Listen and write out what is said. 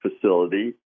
facility